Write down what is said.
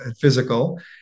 physical